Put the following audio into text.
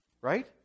Right